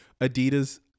Adidas